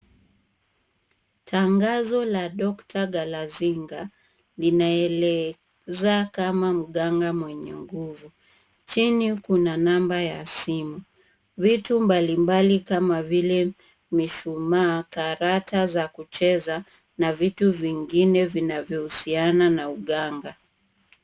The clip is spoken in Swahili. Tangazo la doctor Galazinga linaeleza kama mganga mwenye nguvu. Chini kuna namba ya simu. Vitu mbalimbali kama vile mishumaa, karata za kucheza na vitu vingine vinavyohusiana na uganga.